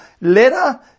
letter